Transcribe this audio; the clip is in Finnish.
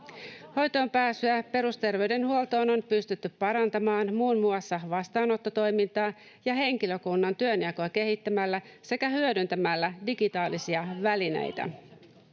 Hoitoonpääsyä perusterveydenhuoltoon on pystytty parantamaan muun muassa vastaanottotoimintaa ja henkilökunnan työnjakoa kehittämällä sekä hyödyntämällä digitaalisia välineitä.